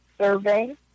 survey